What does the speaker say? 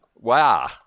Wow